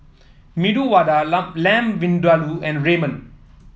Medu Vada Lamb Vindaloo and Ramen